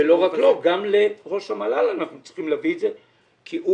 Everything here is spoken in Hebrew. לא רק לו אלא גם לראש מהל"ל אנחנו צריכים להביא את זה כי הוא